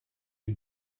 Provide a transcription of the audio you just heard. die